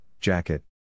jacket